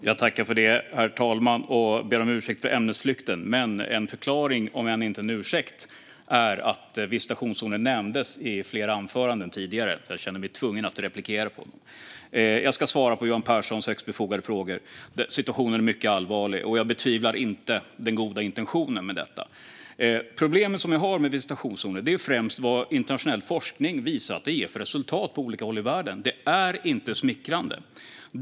Herr talman! Jag ber om ursäkt för ämnesflykten. En förklaring, om än inte en ursäkt, är att visitationszoner nämndes i flera anföranden tidigare. Jag känner mig därför tvungen att replikera. Jag ska svara på Johan Pehrsons högst befogade frågor. Situationen är mycket allvarlig, och jag betvivlar inte den goda intentionen med detta. Problemet med visitationszoner är främst vad internationell forskning visar att det har gett för resultat på olika håll i världen. Det är inte smickrande.